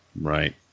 Right